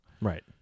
Right